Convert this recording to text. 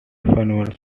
funnels